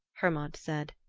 hermod said.